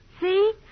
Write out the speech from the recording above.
See